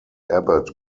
abbot